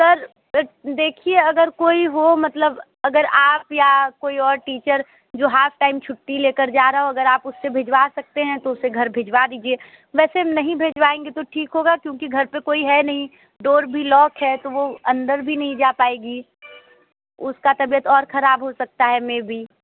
sir देखिए अगर कोई हो मतलब अगर आप या कोई और टीचर जो हाफ टाइम छुट्टी ले कर जा रहा हो अगर आप उस से भिजवा सकते हैं तो उसे घर भिजवा दीजिए वैसे नहीं भेजवाएंगे तो ठीक होगा क्योंकि घर पर कोई है नहीं डोर भी लॉक है तो वो अंदर भी नहीं जा पाएगी उसकी तबीयत और ख़राब हो सकता है मैबी